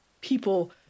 people